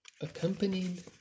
accompanied